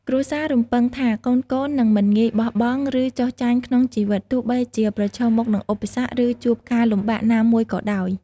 គ្រួសាររំពឹងថាកូនៗនឹងមិនងាយបោះបង់ ឬចុះចាញ់ក្នុងជីវិត ទោះបីជាប្រឈមមុខនឹងឧបសគ្គ ឬជួបការលំបាកណាមួយក៏ដោយ។